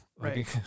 right